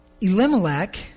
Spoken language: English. Elimelech